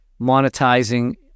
monetizing